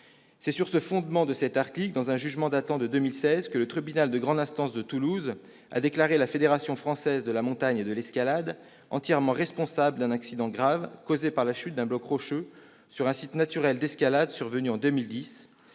C'est sur le fondement de cet article, dans un jugement datant de 2016, que le tribunal de grande instance de Toulouse a déclaré la Fédération française de la montagne et de l'escalade entièrement responsable d'un accident grave causé par la chute d'un bloc rocheux sur un site naturel d'escalade survenu en 2010